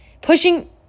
Pushing